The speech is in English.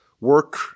work